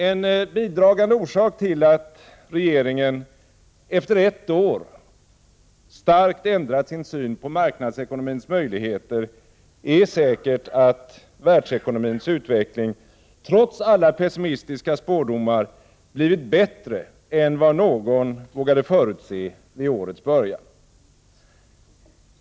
En bidragande orsak till att regeringen efter ett år starkt ändrat sin syn på marknadsekonomins möjligheter är säkert att världsekonomins utveckling trots alla pessimistiska spådomar blivit bättre än vad någon vågade förutse vid årets början.